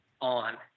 on